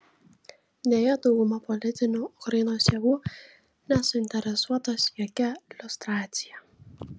deja dauguma politinių ukrainos jėgų nesuinteresuotos jokia liustracija